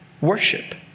worship